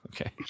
okay